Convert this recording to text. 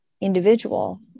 individual